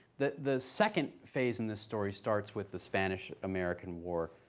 the the second phase in the story starts with the spanish american war.